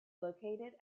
located